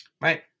Right